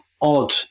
odd